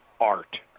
art